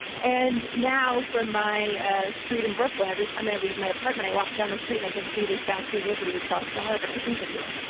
and now from my ah street in and brooklyn, every time i leave my apartment i walk down the street and i can see the statue of liberty across the harbor, and i think of you.